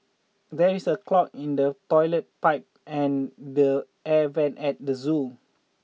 there is a clog in the toilet pipe and the air vents at the zoo